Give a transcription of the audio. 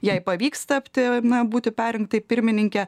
jei pavyks tapti na būti perrinktai pirmininke